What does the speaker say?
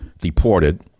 deported